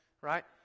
right